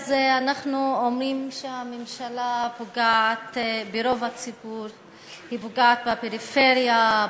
אז אנחנו אומרים שהממשלה פוגעת ברוב הציבור: היא פוגעת בפריפריה,